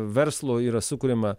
verslo yra sukuriama